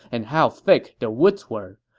and how thick the woods were.